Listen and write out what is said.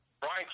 Brian